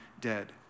dead